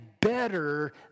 better